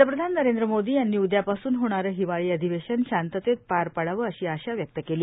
पंतप्रधान नरेंद्र मोदी यांनी उदयापासून होणारं हिवाळी अधिवेशन शांततेत पार पाडावं अशा अपेक्षा व्यक्त केली